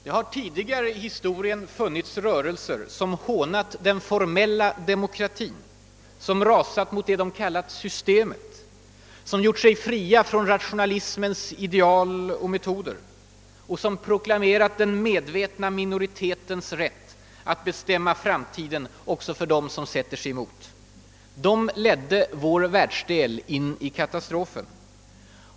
Det har tidigare i historien funnits rörelser som hånat »den formella demokratin», som rasat mot »systemet», som gjort sig fria från rationalismens ideal och metoder och som proklamerat den medvetna minoritetens rätt att bestämma framtiden också för dem som sätter sig emot. De ledde vår världsdel in i katastrofen.